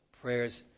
prayers